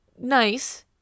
nice